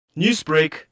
Newsbreak